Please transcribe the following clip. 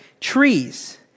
trees